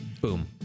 boom